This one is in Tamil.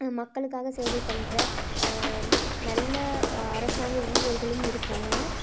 மக்களுக்காக சேவை பண்ணுற நல்ல அரசாங்க ஊழியர்களும் இருக்காங்க